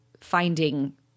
finding